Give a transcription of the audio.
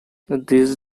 this